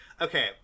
Okay